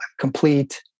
complete